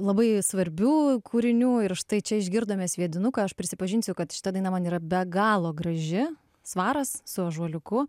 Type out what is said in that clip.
labai svarbių kūrinių ir štai čia išgirdome sviedinuką aš prisipažinsiu kad šita daina man yra be galo graži svaras su ąžuoliuku